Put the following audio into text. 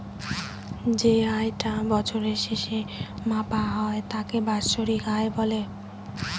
যে আয় টা বছরের শেষে মাপা হয় তাকে বাৎসরিক আয় বলে